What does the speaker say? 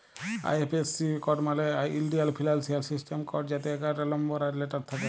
IFSC code মালে ইলডিয়াল financial system code যাতে এগারটা লম্বর আর লেটার থ্যাকে